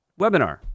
webinar